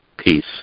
peace